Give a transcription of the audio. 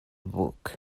book